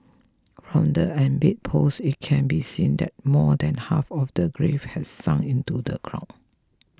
from the embedded post it can be seen that more than half of the grave had sunk into the ground